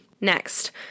Next